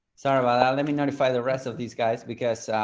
sorry about that. let me notify the rest of these guys because